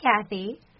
Kathy